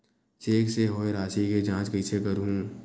Cheque से होए राशि के जांच कइसे करहु?